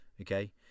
okay